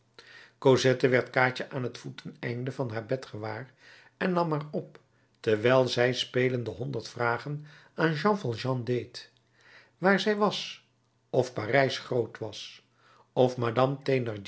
cosette werd kaatje aan het voeteneinde van haar bed gewaar en nam haar op terwijl zij spelende honderd vragen aan jean valjean deed waar zij was of parijs groot was of madame